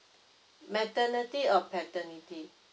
maternity or paternity